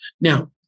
Now